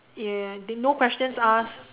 and they no questions asked